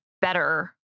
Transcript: better